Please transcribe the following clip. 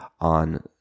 on